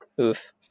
Oof